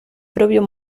propio